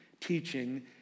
teaching